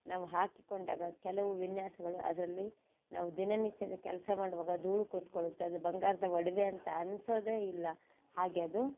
ನಾವು ಹಾಕಿಕೊಂಡಾಗ ಕೆಲವು ವಿನ್ಯಾಸಗಳು ಅದರಲ್ಲಿ ನಾವು ದಿನನಿತ್ಯದ ಕೆಲಸ ಮಾಡುವಾಗ ಧೂಳು ಕೂತ್ಕೊಳ್ಳುತ್ತದೆ ಅದು ಬಂಗಾರದ ಒಡವೆ ಅಂತ ಅನ್ನಿಸೋದೆ ಇಲ್ಲ ಹಾಗೇ ಅದು